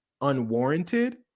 unwarranted